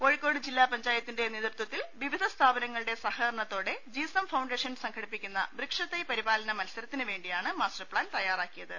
കോഴിക്കോട് ജില്ലാ പഞ്ചായത്തിന്റെ നേതൃത്വത്തിൽ വിവിധ സ്ഥാപനങ്ങളുടെ സഹകരണത്തോടെ ജീസം ഫൌണ്ടേഷൻ സംഘടിപ്പിക്കുന്ന വൃക്ഷത്തൈ പരിപാലന്റ് മൽസരത്തിന് വേണ്ടിയാണ് മാസ്റ്റർ പ്ലാൻ തയ്യാറാക്കിയത്